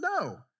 No